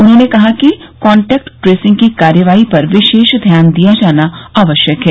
उन्होंने कहा कि कांटेक्ट ट्रेसिंग की कार्रवाई पर विशेष ध्यान दिया जाना आवश्यक है